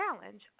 challenge